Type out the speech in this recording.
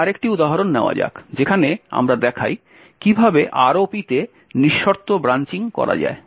এখন আরেকটা উদাহরণ নেওয়া যাক যেখানে আমরা দেখাই কিভাবে ROP তে নিঃশর্ত ব্রাঞ্চিং করা যায়